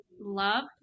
love